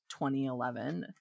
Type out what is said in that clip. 2011